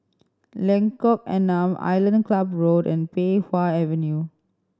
Lengkok Enam Island Club Road and Pei Wah Avenue